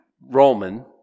Roman